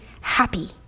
happy